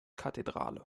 kathedrale